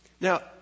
Now